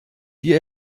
die